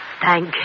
Thank